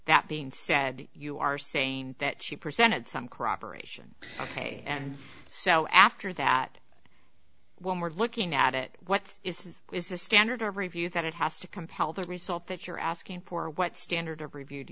that being said you are saying that she presented some corroboration ok and so after that when we're looking at it what is is the standard of review that it has to compile the result that you're asking for what standard of review do